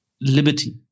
liberty